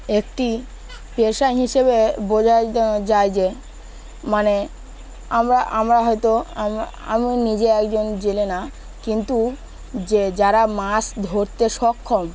একটি পেশা হিসেবে বোঝা যায় যে মানে আমরা আমরা হয়তো আমি নিজে একজন জেলে না কিন্তু যে যারা মাছ ধরতে সক্ষম